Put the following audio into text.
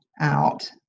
out